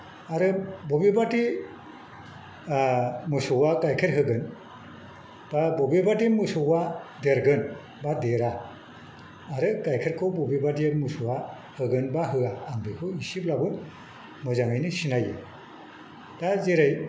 आरो बबेबादि मोसौआ गाइखेर होगोन बा बबेबायदि मोसौआ देरगोन बा देरा आरो गाइखेरखौ बबेबायदि मोसौआ होगोन बा होआ आं बेखौ एसेब्लाबो मोजाङैनो सिनायो दा जेरै